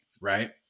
right